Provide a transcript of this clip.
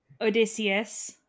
Odysseus